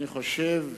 אני חושב,